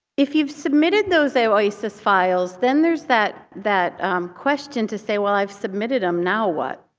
if you've submitted those oasis files, then there's that that question to say, well i've submitted them, now what?